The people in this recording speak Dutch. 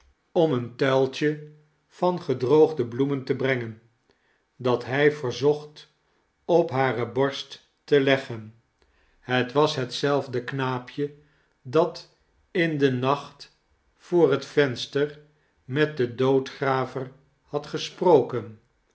oude vroojijkheid tuiltje van gedroogde bloemen te brengen dat hij verzocht op hare borst te leggen het was hetzelfde knaapje dat in den nacht voor het venster met den doodgraver had gesproken